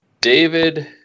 David